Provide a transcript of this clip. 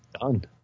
Done